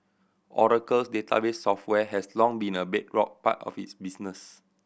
Oracle's database software has long been a bedrock part of its business